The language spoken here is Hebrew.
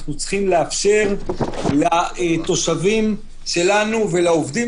אנחנו צריכים לאפשר לתושבים שלנו ולעובדים